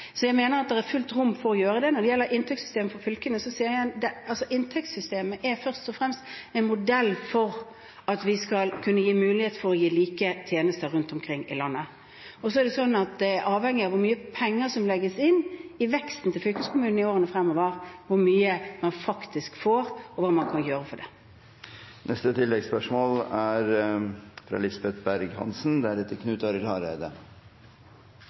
Så jeg mener at det er fullt rom for å kunne gjøre det. Når det gjelder inntektssystemet for fylkene: Inntektssystemet er først og fremst en modell for at vi skal kunne gi mulighet for å gi like tjenester rundt omkring i landet. Og så er det avhengig av hvor mye penger som legges inn i veksten til fylkeskommunene i årene fremover, hvor mye man faktisk får, og hva man må gjøre for det.